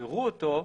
יראו אותו.